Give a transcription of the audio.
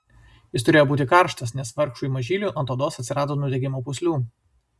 jis turėjo būti karštas nes vargšui mažyliui ant odos atsirado nudegimo pūslių